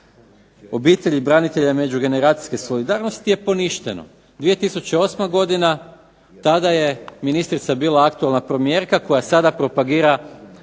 obitelji, branitelja i međugeneracijske solidarnosti je poništeno. 2008. godina, tada je ministrica bila aktualna premijerka koja sada propagira